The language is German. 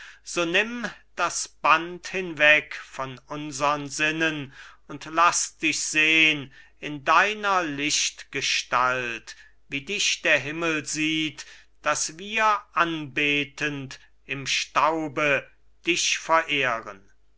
so nimm das band hinweg von unsern sinnen und laß dich sehn in deiner lichtgestalt wie dich der himmel sieht daß wir anbetend im staube dich verehren